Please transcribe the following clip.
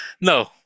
No